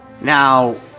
Now